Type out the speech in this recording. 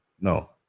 no